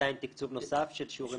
עדיין תקצוב נוסף של שיעורים לתזונה.